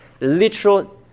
Literal